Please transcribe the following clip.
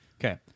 okay